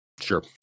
Sure